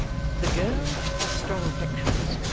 the girl has strong affections,